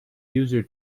user